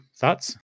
Thoughts